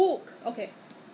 什么东洗 what is that